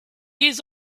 years